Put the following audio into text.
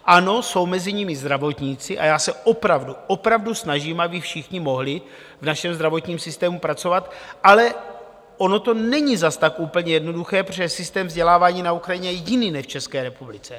Ano, jsou mezi nimi zdravotníci a já se opravdu, opravdu snažím, aby všichni mohli v našem zdravotním systému pracovat, ale ono to není zas tak úplně jednoduché, protože systém vzdělávání na Ukrajině je jiný než v České republice.